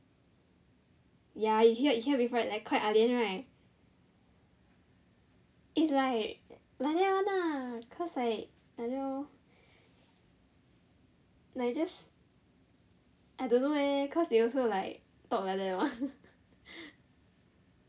ya you hear you hear before like quite ah lian right it's like like that one lah cause like like that lor like just I don't know leh cause they also like talk like that one